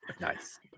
Nice